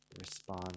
respond